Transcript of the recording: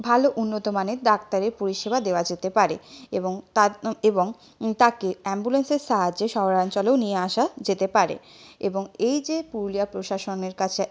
ভালো উন্নত মানের ডাক্তারের পরিষেবা দেওয়া যেতে পারে এবং তা এবং তাকে অ্যামবুলেন্সের সাহায্যে শহরাঞ্চলেও নিয়ে আসা যেতে পারে এবং এই যে পুরুলিয়া প্রশাসনের কাছে